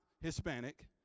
Hispanic